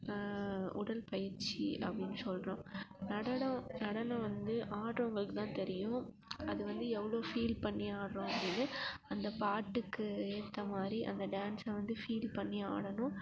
உடற்பயிற்சி அப்படின்னு சொல்கிறோம் நடனம் நடனம் வந்து ஆடுறவங்களுக்குதான் தெரியும் அது வந்து எவ்வளோ ஃபீல் பண்ணி ஆடுறோம் அப்படின்னு அந்த பாட்டுக்கு ஏற்ற மாதிரி அந்த டேன்ஸை வந்து ஃபீல் பண்ணி ஆடணும்